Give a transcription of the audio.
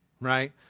right